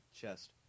chest